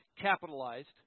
capitalized